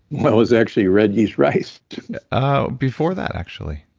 that was actually red yeast rice ah before that actually